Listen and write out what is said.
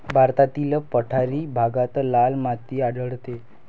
भारतातील पठारी भागात लाल माती आढळते